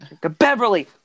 Beverly